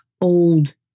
old